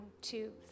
two